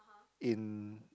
in